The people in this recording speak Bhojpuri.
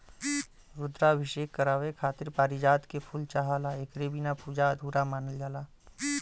रुद्राभिषेक करावे खातिर पारिजात के फूल चाहला एकरे बिना पूजा अधूरा मानल जाला